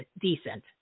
decent